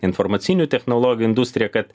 informacinių technologijų industriją kad